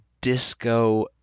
disco